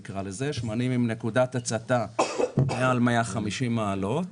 שמנים עם נקודת הצתה של מעל 150 מעלות,